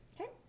Okay